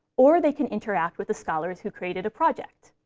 or they can interact with the scholars who created a project.